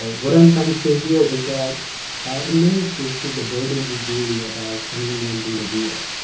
ah what i'm trying to say here is that in many cases, the burden is really about reinventing the wheel.